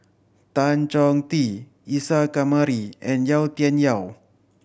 Tan Chong Tee Isa Kamari and Yau Tian Yau